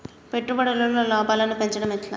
పెట్టుబడులలో లాభాలను పెంచడం ఎట్లా?